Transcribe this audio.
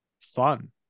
fun